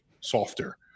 softer